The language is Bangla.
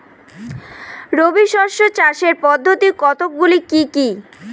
রবি শস্য চাষের পদ্ধতি কতগুলি কি কি?